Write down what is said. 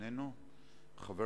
אינו נוכח.